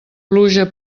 pluja